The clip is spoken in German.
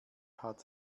hat